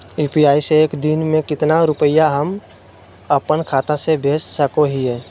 UPI से एक दिन में कितना रुपैया हम अपन खाता से भेज सको हियय?